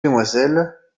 demoiselle